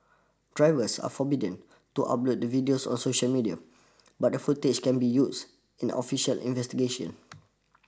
drivers are forbidden to upload the videos on social media but the footage can be used in official investigation